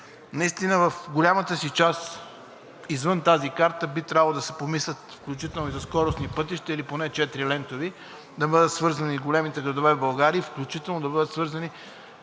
я няма. В голямата си част, извън тази карта, би трябвало да се помисли включително и за скоростни пътища или поне четирилентови, да бъдат свързани големите градове в България и включително да бъдат свързани